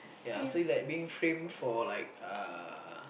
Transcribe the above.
ya so like being framed for like uh